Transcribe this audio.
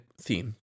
Theme